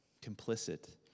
complicit